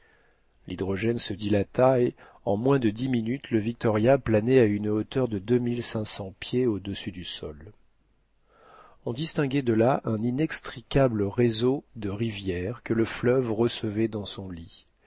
l'hydrogène se dilata et en moins de dix minutes le victoria planait à une hauteur de deux mille cinq cents pieds au-dessus du sol on distinguait de là un inextricable réseau de rivières que le fleuve recevait dans son lit